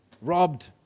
robbed